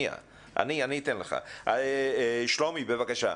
שלומי, בבקשה.